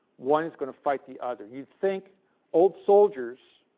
one is going to fight the other. you think old soldiers,